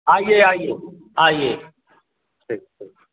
आइये आइये आइये ठीक ठीक